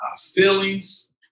Feelings